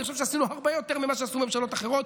אני חושב שעשינו הרבה יותר ממה שעשו ממשלות אחרות,